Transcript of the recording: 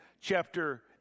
chapter